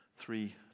three